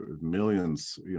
Millions